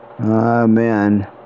Amen